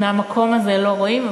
מהמקום הזה לא רואים,